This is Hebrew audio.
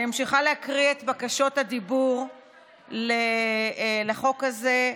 אני ממשיכה להקריא את בקשות הדיבור לחוק הזה.